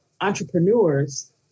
entrepreneurs